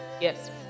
yes